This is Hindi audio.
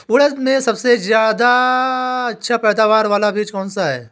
उड़द में सबसे अच्छा पैदावार वाला बीज कौन सा है?